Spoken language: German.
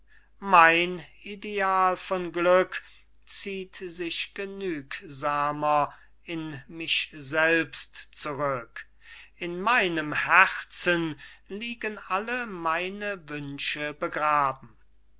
taumeln mein ideal von glück zieht sich genügsamer in mich selbst zurück in meinem herzen liegen alle meine wünsche begraben